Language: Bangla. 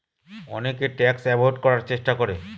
অনেকে ট্যাক্স এভোয়েড করার চেষ্টা করে